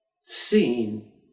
seen